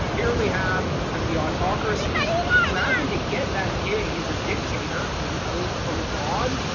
here we have kind of the autocracies. if you happen to get that gig as a dictator imposed from abroad.